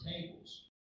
tables